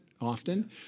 often